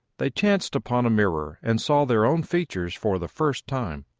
they chanced upon a mirror and saw their own features for the first time.